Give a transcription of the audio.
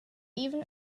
even